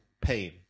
pain